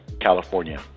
California